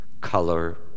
color